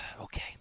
okay